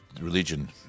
religion